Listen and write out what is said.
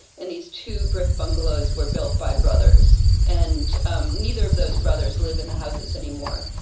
and these two brick bungalows were built by brothers, and um neither of those brothers live in the houses anymore.